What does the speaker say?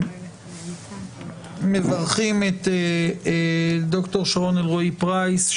אנחנו מברכים את ד"ר שרון אלרעי פרייס,